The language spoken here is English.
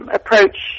approach